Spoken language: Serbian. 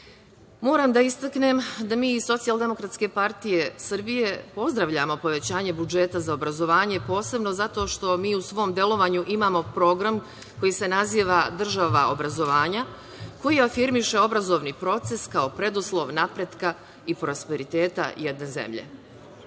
Vlade. Moram da istaknem da mi iz SDPS pozdravljamo povećanje budžeta za obrazovanje, posebno zato što mi u svom delovanju imamo program koji se naziva „Država obrazovanja“, koji afirmiše obrazovni proces kao preduslov napretka i prosperiteta jedne zemlje. Ovom